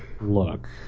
look